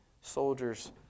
soldiers